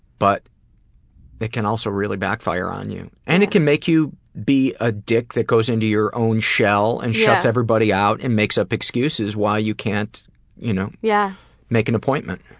but it can also really backfire on you. and it can make you be a dick that goes into your own shell and shuts everybody out and makes up excuses why you can't you know yeah make an appointment.